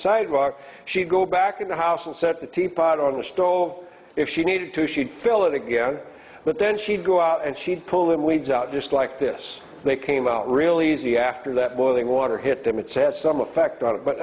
sidewalk she'd go back in the house and set the teapot on the store if she needed to should fill it again but then she'd go out and she'd pulling weeds out just like this they came out real easy after that boiling water hit them it's has some effect on it but